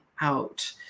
out